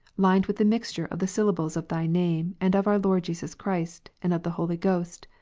limed with the mixture of the syllables of thy name, and of our lord jesus christ, and of the holy ghost,